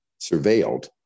surveilled